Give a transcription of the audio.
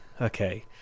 Okay